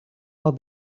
are